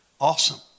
Awesome